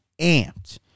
amped